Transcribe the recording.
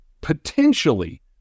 potentially